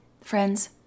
Friends